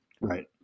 Right